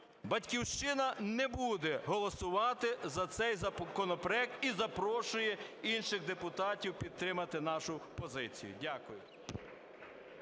"Батьківщина" не буде голосувати за цей законопроект і запрошує інших депутатів підтримати нашу позицію. Дякую.